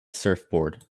surfboard